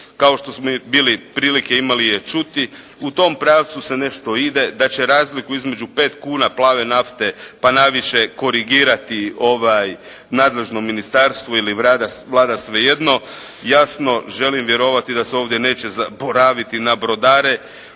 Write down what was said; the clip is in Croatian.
kao što smo bili prilike imali je čuti. U tom pravcu se nešto ide, da će razliku između pet kuna plave nafte pa na više korigirati nadležno ministarstvo ili Vlada, svejedno. Jasno želim vjerovati da se ovdje neće zaboraviti na brodare